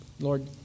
Lord